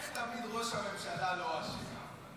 איך תמיד ראש הממשלה לא אשם?